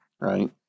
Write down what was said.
right